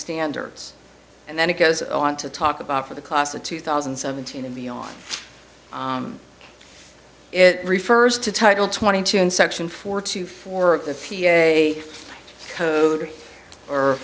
standards and then it goes on to talk about for the class of two thousand and seventeen and beyond it refers to title twenty two in section four two four of the few a code or